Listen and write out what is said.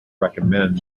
recommend